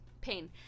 pain